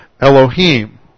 Elohim